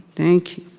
thank